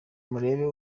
murebe